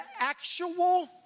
actual